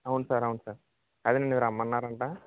అవును సార్ అవును సార్ అదే మీరు రమ్మన్నారంట